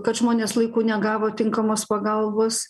kad žmonės laiku negavo tinkamos pagalbos